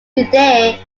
today